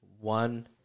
one